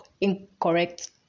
incorrect